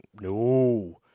No